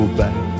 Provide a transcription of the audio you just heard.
back